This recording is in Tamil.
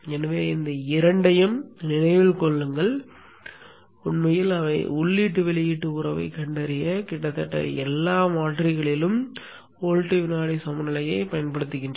எனவே இந்த இரண்டையும் நினைவில் கொள்ளுங்கள் உண்மையில் அவை உள்ளீட்டு வெளியீட்டு உறவைக் கண்டறிய கிட்டத்தட்ட எல்லா மாற்றிகளிலும் வோல்ட் வினாடி சமநிலையைப் பயன்படுத்துகின்றன